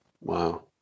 Wow